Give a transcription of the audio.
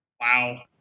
wow